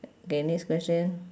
okay next question